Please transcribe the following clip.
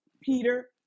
Peter